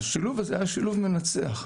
השילוב הזה שילוב מנצח,